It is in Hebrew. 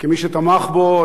כמי שתמך בו,